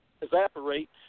evaporate